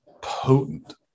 potent